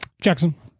jackson